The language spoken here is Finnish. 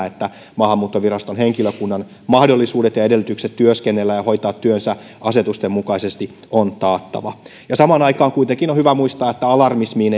että maahanmuuttoviraston henkilökunnan mahdollisuudet ja edellytykset työskennellä ja hoitaa työnsä asetusten mukaisesti on taattava samaan aikaan kuitenkin on hyvä muistaa että alarmismiin